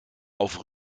auf